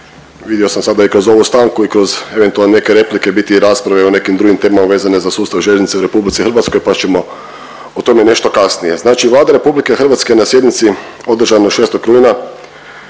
vidio sam sada i kroz ovu stanku i kroz eventualno neke replike biti rasprave o nekim drugim temama vezan za sustav željeznica u RH pa ćemo o tome nešto kasnije. Vlada RH na sjednici održanoj 6. rujna